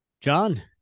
John